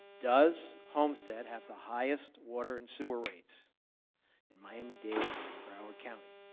does homestead have the highest water and sewer rates in miami-dade and broward county?